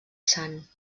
sant